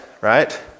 right